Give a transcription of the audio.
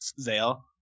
Zale